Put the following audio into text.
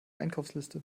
einkaufsliste